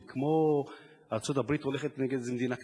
זה כמו שארצות-הברית הולכת נגד איזו מדינה קטנטונת.